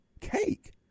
Cake